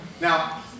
Now